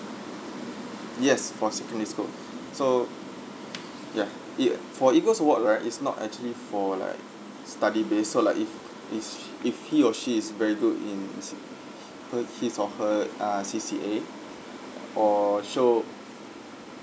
yes for secondary school so ya E~ for eagles award right it's not actually for like study based so like if he's if he or she is very good in s~ h~ her his or her ah C_C_A or show